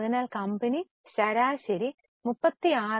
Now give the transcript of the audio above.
അതിനാൽ കമ്പനി ശരാശരി 36